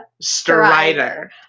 Strider